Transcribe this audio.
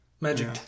Magic